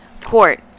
Court